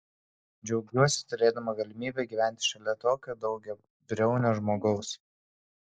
džiaugiuosi turėdama galimybę gyventi šalia tokio daugiabriaunio žmogaus